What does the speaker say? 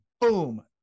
boom